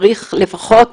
צריך לפחות